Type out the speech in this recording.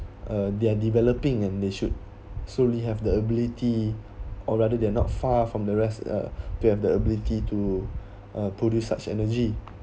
uh they are developing and they should surely have the ability or rather they are not far from the rest uh to have the ability to uh produce such energy